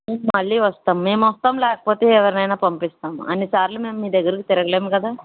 మళ్ళీ వస్తాము మేము వస్తాము లేకపోతే ఎవరినైనా పంపిస్తాము అన్ని సార్లు మేము మీ దగ్గరకి తిరగలేము కదా